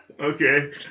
Okay